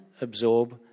absorb